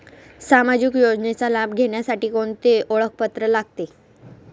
सामाजिक योजनेचा लाभ घेण्यासाठी कोणते ओळखपत्र लागते?